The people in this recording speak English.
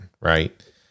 right